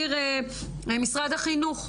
משרד החינוך.